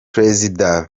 prezida